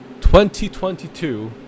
2022